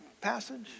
passage